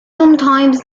sometimes